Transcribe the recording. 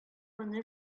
моны